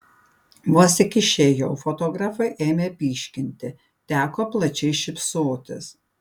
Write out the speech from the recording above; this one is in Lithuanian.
vos tik išėjau fotografai ėmė pyškinti teko plačiai šypsotis